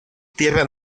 tierra